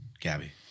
Gabby